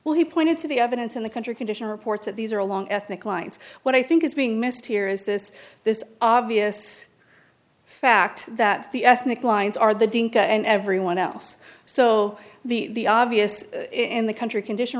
well he pointed to the evidence in the country condition reports that these are along ethnic lines what i think is being missed here is this this obvious fact that the ethnic lines are the dinka and everyone else so the obvious in the country condition